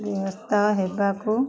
ବ୍ୟସ୍ତ ହେବାକୁ